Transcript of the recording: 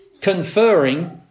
conferring